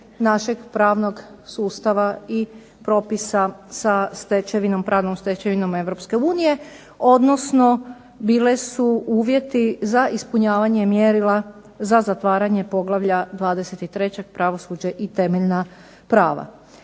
našeg pravnog sustava i propisa sa pravnom stečevinom Europske unije, odnosno bile su uvjeti za ispunjavanje mjerila za zatvaranje poglavlja 23.–Pravosuđe i temeljna prava.